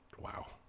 wow